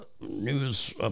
news